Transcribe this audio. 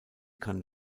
kann